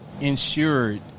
insured